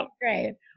great